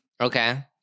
Okay